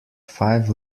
five